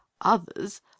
others